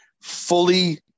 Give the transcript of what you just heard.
fully